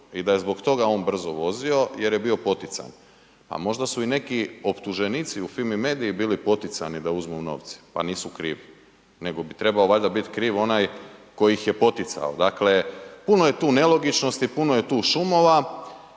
i da je zbog toga on brzo vozio jer je bio potican. A možda su i neki optuženici u Fimi media-i bili poticani da uzmu novce pa nisu krivi nego bi trebao valjda biti onaj tko ih je poticao. Dakle, puno je tu nelogičnosti, puno je tu šumova